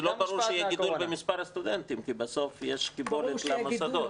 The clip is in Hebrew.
זה לא ברור שיהיה גידול במספר הסטודנטים כי בסוף יש קיבולת למוסדות.